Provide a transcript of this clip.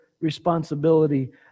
responsibility